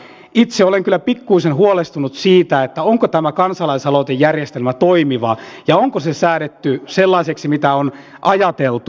itse olen kyllä pikkuisen huolestunut siitä onko tämä kansalaisaloitejärjestelmä toimiva ja onko se säädetty sellaiseksi mitä on ajateltu